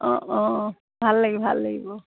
অঁ অঁ ভাল লাগিব ভাল লাগিব